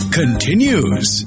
continues